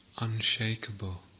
Unshakable